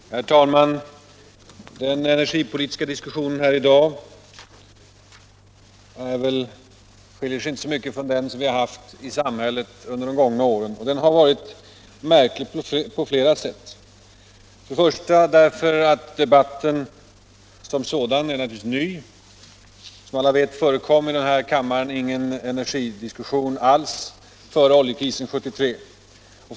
tor kärnbränsle, Herr talman! Den energipolitiska diskussionen här i dag skiljer sig — m.m. inte så mycket från den som vi haft i samhället under de gångna åren — och den har varit märklig på flera sätt. För det första därför att debatten som sådan naturligtvis är ny — som alla vet förekom i denna kammare praktiskt taget ingen energidebatt alls före oljekrisen 1973.